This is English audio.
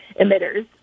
emitters